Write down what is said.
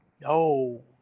no